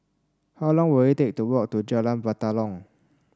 how long will it take to walk to Jalan Batalong